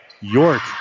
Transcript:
York